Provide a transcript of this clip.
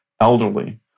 elderly